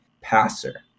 passer